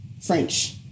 French